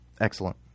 Excellent